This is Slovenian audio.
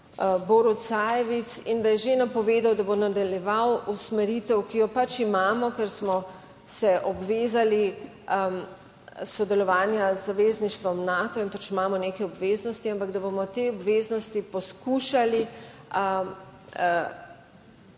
ki je že napovedal, da bo nadaljeval usmeritev, ki jo pač imamo, ker smo se obvezali, sodelovanja z zavezništvom Nato. Pač, imamo neke obveznosti, ampak da bomo te obveznosti poskušali